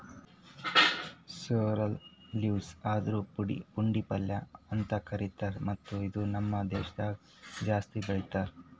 sorrel leaves ಅಂದುರ್ ಪುಂಡಿ ಪಲ್ಯ ಅಂತ್ ಕರಿತಾರ್ ಮತ್ತ ಇದು ನಮ್ ದೇಶದಾಗ್ ಜಾಸ್ತಿ ಬೆಳೀತಾರ್